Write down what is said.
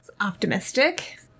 Optimistic